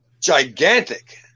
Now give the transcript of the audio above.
gigantic